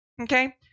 Okay